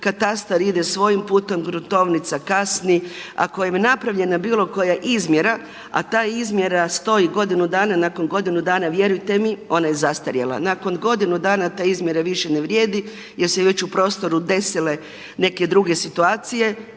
katastar ide svojim putem, gruntovnica kasni. Ako je napravljena bilo koja izmjera, a ta izmjera stoji godinu dana, nakon godinu dana vjerujte mi ona je zastarjela. Nakon godinu dana ta izmjera više ne vrijedi jer su se već u prostoru desile neke druge situacije